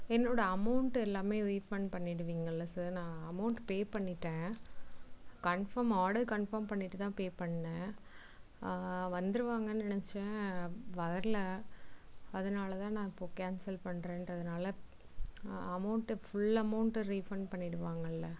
என்னோடய அமெளண்ட் எல்லாமே refund பண்ணிவிடுவீங்கல்ல sir நான் அமெளண்ட் பே பண்ணிவிட்டேன் கன்ஃபார்ம் ஆர்டர் கன்ஃபார்ம் பண்ணிவிட்டு தான் பே பண்ணேன் வந்துடுவாங்கன்னு நினச்சன் வரலை அதனால தான் நான் இப்போ cancel பண்றேன்ருதினால amount full amount refund பண்ணிவிடுவாங்கல்ல